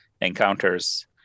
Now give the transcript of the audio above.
Encounters